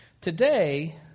Today